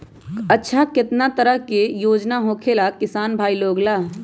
अच्छा कितना तरह के योजना होखेला किसान भाई लोग ला?